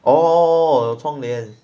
oh 窗帘